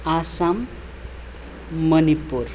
Assam Manipur